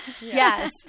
Yes